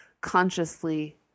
consciously